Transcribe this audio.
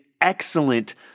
excellent